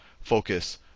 focus